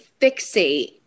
fixate